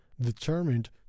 determined